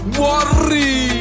worry